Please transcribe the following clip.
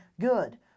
good